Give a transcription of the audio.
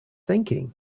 thinking